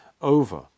over